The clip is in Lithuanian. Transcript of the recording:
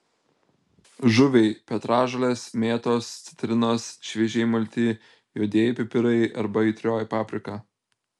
žuviai petražolės mėtos citrinos šviežiai malti juodieji pipirai arba aitrioji paprika